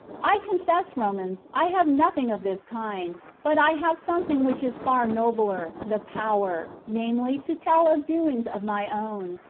i confess, romans, i have nothing of this kind, but i have something which is far nobler, the power, namely, to tell of doings of my own.